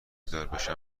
داربشم